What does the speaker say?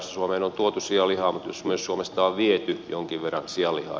suomeen on tuotu sianlihaa mutta myös suomesta on viety jonkin verran sianlihaa